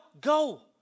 go